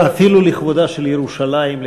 אפילו לכבודה של ירושלים,